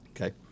Okay